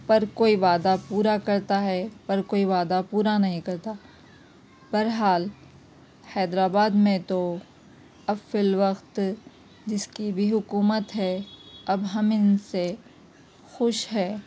پر کوئی وعدہ پورا کرتا ہے اور کوئی وعدہ پورا نہیں کرتا پر حال حیدرآباد میں تو اب فی الوقت جس کی بھی حکومت ہے اب ہم ان سے خوش ہے